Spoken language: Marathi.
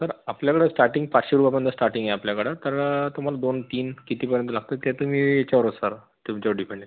सर आपल्याकडं स्टार्टिंग पाचशे रुपयापर्यंत स्टार्टिंग आहे आपल्याकडं तर तुम्हाला दोन तीन कितीपर्यंत लागतं ते तुमी याच्यावरच करा तुमच्यावरच डिपेंडेय